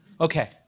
Okay